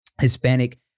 Hispanic